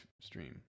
stream